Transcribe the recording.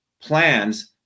plans